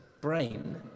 brain